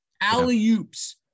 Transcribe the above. Alley-oops